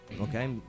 okay